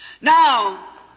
Now